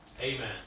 Amen